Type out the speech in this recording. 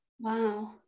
wow